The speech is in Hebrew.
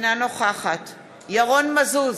אינה נוכחת ירון מזוז,